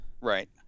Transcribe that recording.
Right